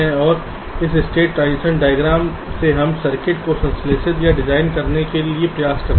और इस state transition diagram से हम सर्किट को संश्लेषित या डिज़ाइन करने का प्रयास करते हैं